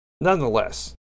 nonetheless